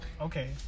okay